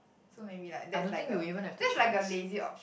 so maybe like there's like a there's like a lazy option